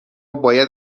باید